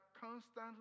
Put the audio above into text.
constantly